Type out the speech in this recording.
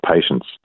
patients